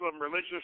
religious